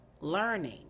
learning